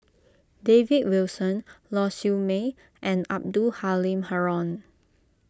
David Wilson Lau Siew Mei and Abdul Halim Haron